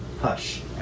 Hush